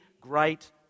great